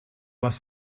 was